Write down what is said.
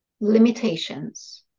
limitations